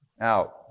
out